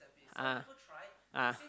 ah ah